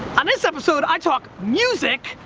on this episode, i talk music,